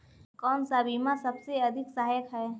कौन सा बीमा सबसे अधिक सहायक है?